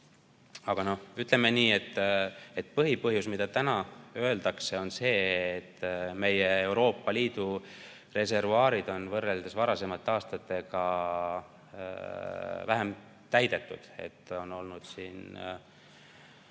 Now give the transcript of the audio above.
juba puudutasin seda. Põhipõhjus, mis täna öeldakse, on see, et meie Euroopa Liidu reservuaarid on võrreldes varasemate aastatega vähem täidetud, et on olnud põuane